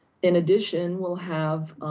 in addition, we'll have,